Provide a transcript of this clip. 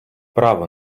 право